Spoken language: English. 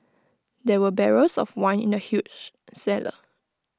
there were barrels of wine in the huge cellar